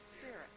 spirit